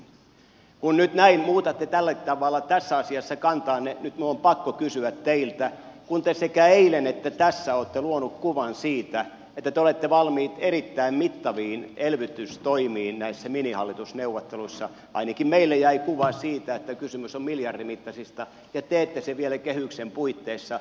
nyt minun on pakko kysyä teiltä kun nyt näin muutatte tällä tavalla tässä asiassa kantaanne ja kun te sekä eilen että tässä olette luonut kuvan siitä että te olette valmiit erittäin mittaviin elvytystoimiin näissä minihallitusneuvotteluissa ainakin meille jäi kuva siitä että kysymys on miljardimittaisista ja teette sen vielä kehyksen puitteissa